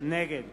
נגד